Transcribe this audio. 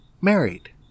married